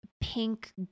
pink